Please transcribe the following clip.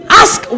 ask